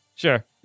Sure